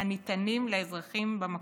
הניתנים לאזרחים במקום,